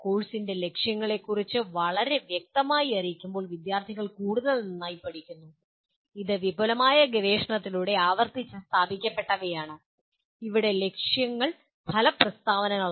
കോഴ്സിൻ്റെ ലക്ഷ്യങ്ങളെക്കുറിച്ച് വളരെ വ്യക്തമായി അറിയിക്കുമ്പോൾ വിദ്യാർത്ഥികൾ കൂടുതൽ നന്നായി പഠിക്കുന്നു ഇത് വിപുലമായ ഗവേഷണത്തിലൂടെ ആവർത്തിച്ച് സ്ഥാപിക്കപ്പെട്ടതാണ് ഇവിടെ ലക്ഷ്യങ്ങൾ ഫല പ്രസ്താവനകളാണ്